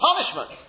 punishment